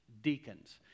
deacons